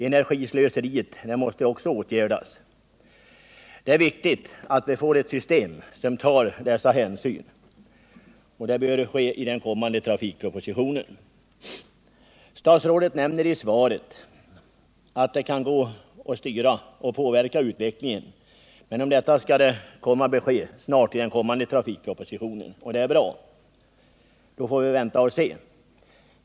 Energislöseriet måste också åtgärdas. Det är viktigt att vi får ett system som tar hänsyn till dessa faktorer. Det bör beaktas i den kommande trafikpropositionen. Statsrådet nämner i svaret att det går att styra och påverka utvecklingen. Därom skall vi snart få besked i den kommande trafikpropositionen. Det är bra. Då får vi väl vänta och se.